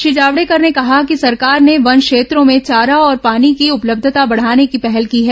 श्री जावड़ेकर ने कहा कि सरकार ने वन क्षेत्रों में चारा और पानी की उपलब्यता बढ़ाने की पहल की है